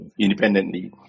independently